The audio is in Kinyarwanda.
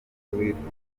witwara